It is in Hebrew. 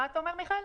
מה אתה אומר, מיכאל?